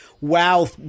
wow